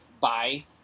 bye